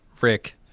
Rick